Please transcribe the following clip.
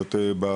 זאת אומרת באזור,